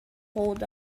hold